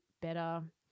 better –